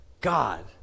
God